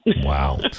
Wow